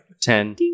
Ten